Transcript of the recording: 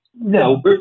No